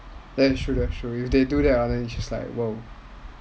that's true that's true if they do that it's like !whoa!